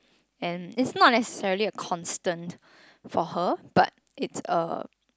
and its not necessarily a constant for her but it's a